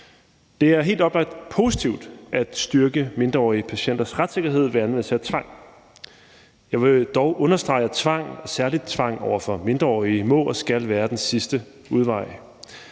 Det er helt oplagt positivt at styrke mindreårige patienters retssikkerhed ved anvendelse af tvang. Jeg vil dog understrege, at tvang, særlig tvang over for mindreårige, må og skal være den sidste udvej.